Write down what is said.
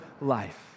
life